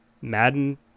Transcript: Madden